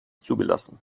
zugelassen